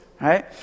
right